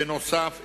בנוסף,